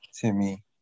Timmy